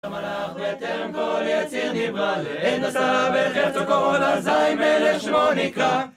מלאך וטרם כל יציר נברא לאין נשא ולכיף הכל זי מלך שמו נקרא..